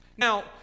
Now